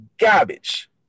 garbage